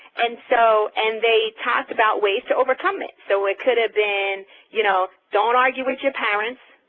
and so and they talked about ways to overcome it, so it could have been you know, don't argue with your parents,